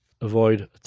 Avoid